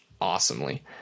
awesomely